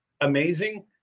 amazing